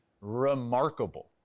remarkable